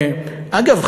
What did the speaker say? אגב,